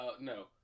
no